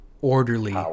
orderly